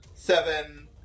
Seven